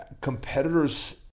competitors